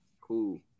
cool